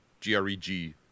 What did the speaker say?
G-R-E-G